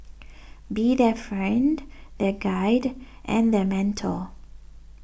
be their friend their guide and their mentor